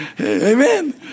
amen